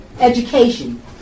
education